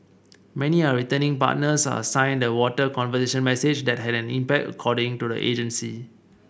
many are returning partners a sign that the water conservation message has had an impact according to the agency